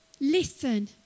listen